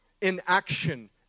inaction